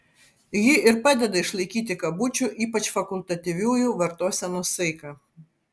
ji ir padeda išlaikyti kabučių ypač fakultatyviųjų vartosenos saiką